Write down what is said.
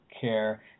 care